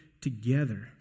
together